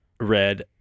Red